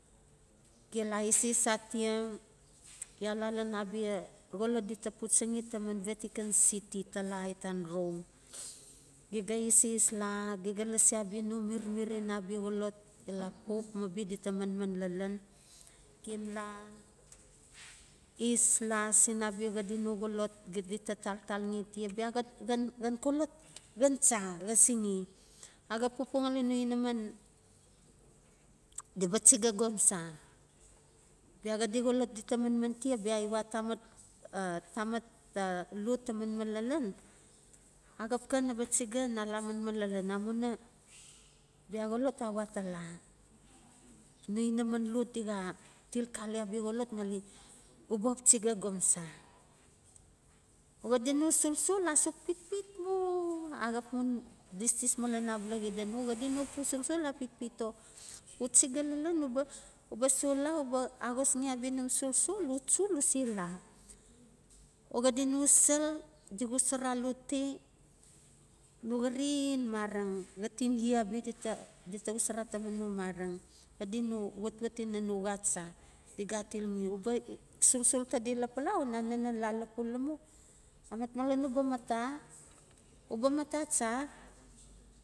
Ge la ases atia, ya la lan abia xolot dita puchaxi taman vetican city, tala itan rome, ge ga eses la ge ga lasi abia no mirmir ina abia xolot ila pope mabi di ta manman lalan. Gem la es la sin abia xadi noxolot di ta taltalxe tia bia xan xan xolot xan cha xasixe axap pupua ngali no inaman di ba chiga gomsa. Bia xadi xolot dita manman tia bia iwa tamat tamat a lot ta manman lalan axap xa naba chiga na la manmann lalan amuina bia xolot a we atala no inaman lot dixa til xali abia xolot ngali uba xap chiga gomsa. Xadi no solsol asuk pitpit mu, axap mun didi mana xida no, xadi no solsol a pitpit o u chiga lalan uba, uba sol la uba axosxi abia num solsol u chu u se la. O xadi no sel di xosora aloti no xarin mareng xating ye abia dita, dita xosora taman no mareng xadi nowatewat ina no xat cha di ga atilxi no. uba solsol tade lapala una nenen la lapula mu amatmalan uba mata uba mata cha.